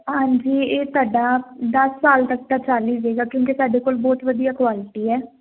ਹਾਂਜੀ ਇਹ ਤੁਹਾਡਾ ਦਸ ਸਾਲ ਤੱਕ ਤਾਂ ਚੱਲ ਹੀ ਜਾਵੇਗਾ ਕਿਉਂਕਿ ਸਾਡੇ ਕੋਲ ਬਹੁਤ ਵਧੀਆ ਕੁਆਲਿਟੀ ਹੈ